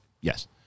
Yes